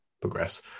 progress